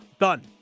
Done